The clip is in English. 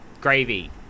gravy